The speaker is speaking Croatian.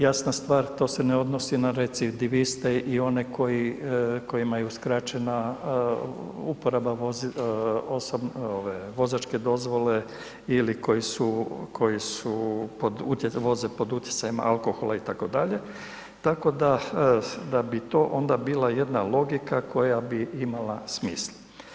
Jasna stvar to se ne odnosi na recidiviste i oni koji imaju, koji imaju skraćena uporaba vozila ove vozačke dozvole ili koji su, koji su voze pod utjecajem alkohola itd., tako da bi to onda bila jedna logika koja bi imala smisla.